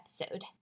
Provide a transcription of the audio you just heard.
episode